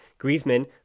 Griezmann